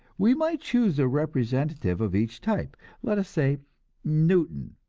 we might choose a representative of each type let us say newton,